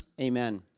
Amen